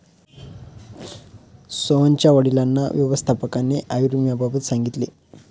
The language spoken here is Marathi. सोहनच्या वडिलांना व्यवस्थापकाने आयुर्विम्याबाबत सांगितले